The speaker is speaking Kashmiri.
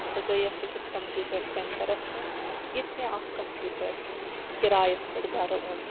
تہٕ بہٕ گٔیَس أکِس کَمپیٛوٗٹَر سیٚنٹَرَس پٮ۪ٹھ ییٚتہِ مےٚ اَکھ کَمپیٛوٗٹَر کِرایَس پٮ۪ٹھ گَھرٕ اوٚن